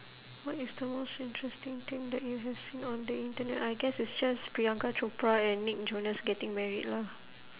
what is the most interesting thing that you have seen on the internet I guess it's just priyanka chopra and nick jonas getting married lah